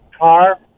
car